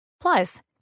Plus